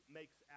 makes